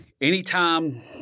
Anytime